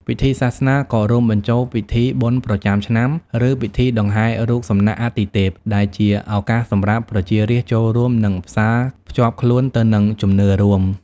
ពិធីសាសនាក៏រួមបញ្ចូលពិធីបុណ្យប្រចាំឆ្នាំ ឬពិធីដង្ហែររូបសំណាកអាទិទេព ដែលជាឱកាសសម្រាប់ប្រជារាស្ត្រចូលរួម និងផ្សារភ្ជាប់ខ្លួនទៅនឹងជំនឿរួម។